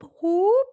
whoop